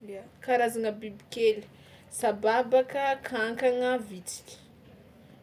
Karazagna bibikely: sababaka, kankagna, vitsiky.